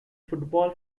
football